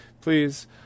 please